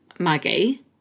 Maggie